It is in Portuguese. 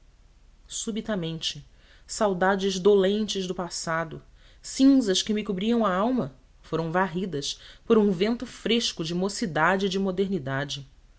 subitamente saudades dolentes do passado cinzas que me cobriam a alma foram varridas por um fresco vento de mocidade e de modernidade